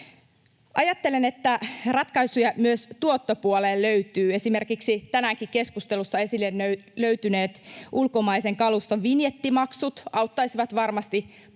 Ajattelen, että ratkaisuja löytyy myös tuottopuoleen. Esimerkiksi tänäänkin keskustelussa esille löytyneet ulkomaisen kaluston vinjettimaksut auttaisivat varmasti paikkaamaan